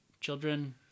children